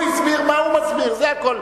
הוא הסביר מה הוא מסביר, זה הכול.